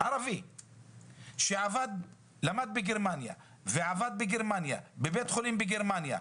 ערבי שלמד בגרמניה ועבד בגרמניה בבית חולים בגרמניה,